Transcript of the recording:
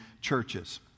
churches